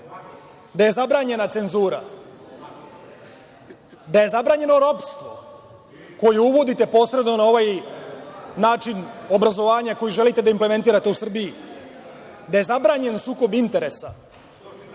da je zabranjena cenzusa, da je zabranjeno ropstvo koje uvodite posredno na ovaj način obrazovanja koji želite da implementirate u Srbiji, da je zabranjen sukob interesa,